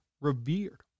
revered